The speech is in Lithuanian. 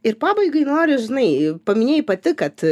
ir pabaigai noriu žinai paminėjai pati kad